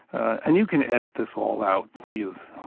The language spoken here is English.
and you can edit this all out please,